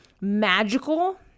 magical